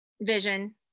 vision